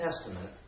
Testament